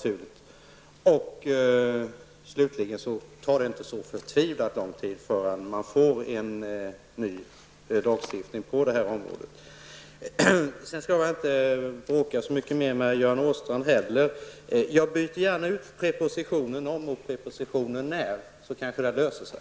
Slutligen vill jag påpeka att det inte tar så förtvivlat lång tid förrän vi får en ny lagstiftningen på det här området. Jag skall inte heller bråka så mycket mer med Göran Åstrand. Jag byter gärna ut prepositionen ''om'' mot prepositionen ''när'', så kanske det hela löser sig.